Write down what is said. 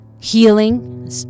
healing